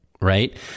Right